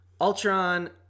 Ultron